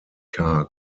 car